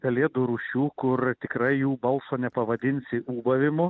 pelėdų rūšių kur tikrai jų balso nepavadinsi ūbavimu